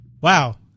Wow